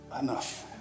enough